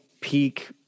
peak